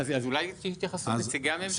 אולי שיתייחסו נציגי הממשלה.